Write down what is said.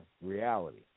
reality